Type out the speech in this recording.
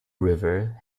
river